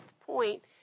point